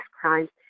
crimes